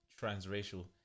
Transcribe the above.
transracial